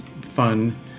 fun